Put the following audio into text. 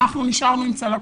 אנחנו נשארנו עם צלקות.